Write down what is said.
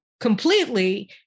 completely